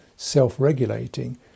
self-regulating